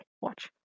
watch